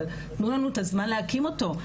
אבל תנו לנו את הזמן להקים אותו,